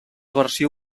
versió